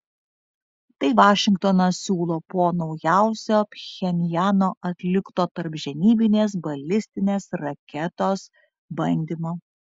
tai vašingtonas siūlo po naujausio pchenjano atlikto tarpžemyninės balistinės raketos bandymo